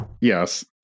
Yes